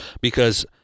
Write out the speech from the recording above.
Because-